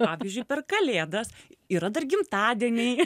pavyzdžiui per kalėdas yra dar gimtadieniai